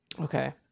okay